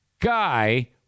guy